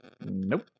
Nope